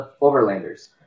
Overlanders